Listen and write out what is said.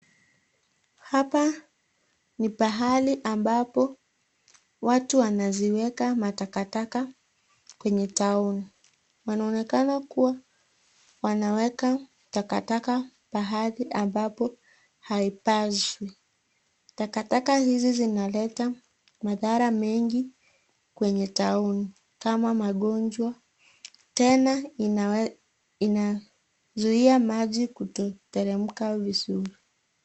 Hapa ni pahali ambapo watu wanaziweka matakataka kwenye taoni . Wanaonekana kuwa wanaweka takataka pahali ambapo haipaswi. Takataka hizi zinaleta madhara mengi kwenye taoni kama magonjwa, tena inazuia maji kuteremka vizuri.